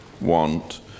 want